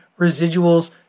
residuals